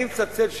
אני מצלצל,